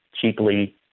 cheaply